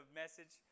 message